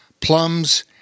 plums